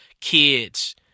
kids